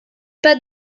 pas